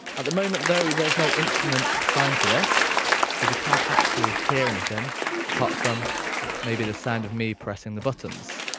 ah the moment though there's no instrument assigned to this so we can't actually hear anything apart from maybe the sound of me pressing the buttons.